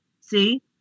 See